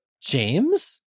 James